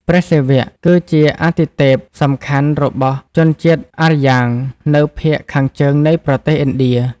ព្រះសិវៈ គឺជាអាទិទេពសំខាន់របស់ជនជាតិអារ្យាងនៅភាគខាងជើងនៃប្រទេសឥណ្ឌា។